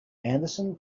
anderson